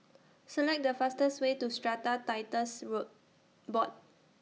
Select The fastest Way to Strata Titles Board